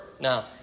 now